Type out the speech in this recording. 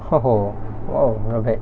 !fuh! !wow! not bad